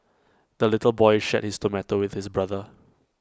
the little boy shared his tomato with his brother